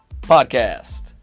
Podcast